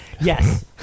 yes